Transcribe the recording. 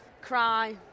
Cry